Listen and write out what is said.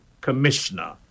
commissioner